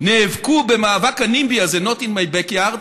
נאבקו במאבק ה-NIMBY הזה, Not In My Back Yard,